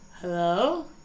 hello